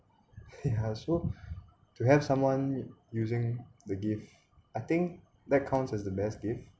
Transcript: ya so to have someone using the gift I think that counts as the best gift